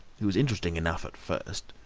it was interesting enough at first,